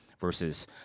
versus